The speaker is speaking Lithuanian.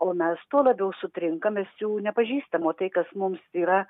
o mes tuo labiau sutrinkame nes jų nepažįstam o tai kas mums yra